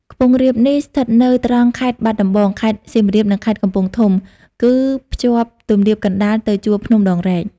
ខ្ពង់រាបនេះស្ថិតនៅត្រង់ខេត្តបាត់ដំបង ខេត្តសៀមរាប និងខេត្តកំពង់ធំ គឺ ភ្ជាប់ទំនាបកណ្តាលទៅជួរភ្នំដងរែក ។